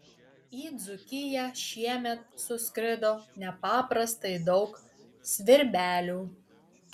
į dzūkiją šiemet suskrido nepaprastai daug svirbelių